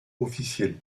officiel